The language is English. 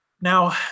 Now